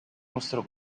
nostro